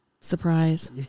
Surprise